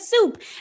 soup